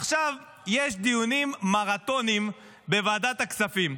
יש דיונים מרתוניים בוועדת הכספים.